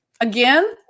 Again